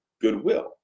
goodwill